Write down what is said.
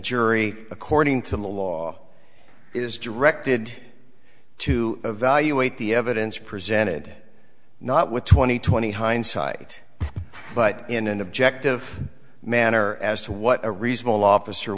jury according to law is directed to evaluate the evidence presented not with twenty twenty hindsight but in an objective manner as to what a reasonable officer